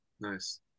nice